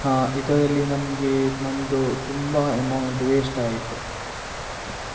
ಇದರಲ್ಲಿ ನಮಗೆ ನನ್ನದು ತುಂಬ ಎಮೌಂಟ್ ವೇಶ್ಟ್ ಆಯಿತು